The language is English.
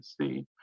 see